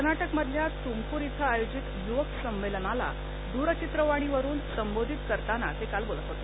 कर्नाटकमधल्या तुमकुर इथं आयोजित युवक संमेलनाला दूरचित्रवाणीवरुन संबोधित करताना ते काल बोलत होते